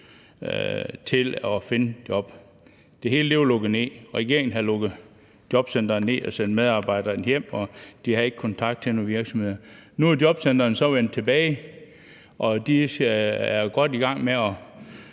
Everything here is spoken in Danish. til at finde et job. Det hele var lukket ned. Regeringen havde lukket jobcentrene ned og sendt medarbejderne hjem, og de havde ikke kontakt til nogen virksomheder. Nu er jobcentrene så vendt tilbage, og de er godt i gang med at